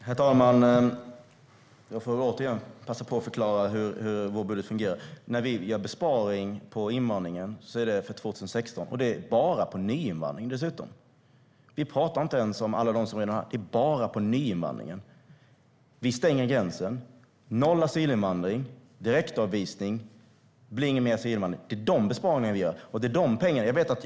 Herr talman! Jag får väl återigen passa på att förklara hur vår budget fungerar. När vi gör besparingar på invandringen är det för 2016. Det är dessutom bara på nyinvandring. Vi talar inte ens om alla som redan är här. Det är bara på nyinvandringen. Vi stänger gränsen. Noll asylinvandring, direktavvisning - det blir ingen mer asylinvandring. Det är de besparingarna vi gör, och det är de pengarna vi sparar.